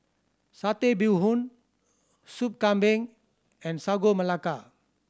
Satay Bee Hoon Soup Kambing and Sagu Melaka